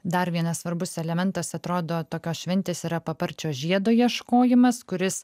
dar vienas svarbus elementas atrodo tokios šventės yra paparčio žiedo ieškojimas kuris